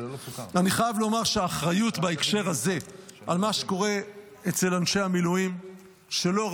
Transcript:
אני חייב לומר שבהקשר הזה האחריות אצל אנשי המילואים על מה שקורה,